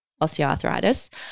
osteoarthritis